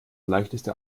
leichteste